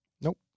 Nope